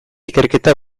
ikerketa